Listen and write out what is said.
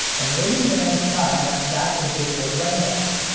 and there isn't even any sign that that's a digital frame buffer.